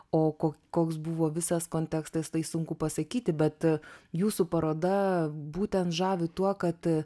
o ko koks buvo visas kontekstas tai sunku pasakyti bet jūsų paroda būtent žavi tuo kad